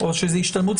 אבל ודאי שהיא תועיל.